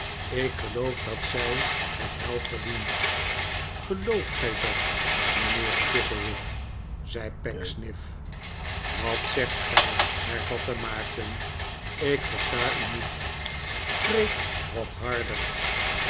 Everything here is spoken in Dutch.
ik geloof dat zij het wel verdient gelooft gij dat mijnheer chuzzlewit zei pecksniff wat zegt gij hervatte maarten ik versta u niet spreek wat harder